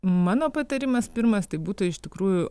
mano patarimas pirmas tai būtų iš tikrųjų